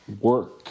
work